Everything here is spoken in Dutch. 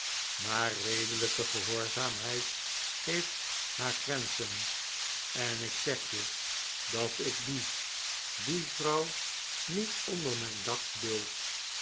maar redelijke gehoorzaamheid heeft haar grenzen en ik zeg je dat ik die die vrouw niet onder mijn dak duld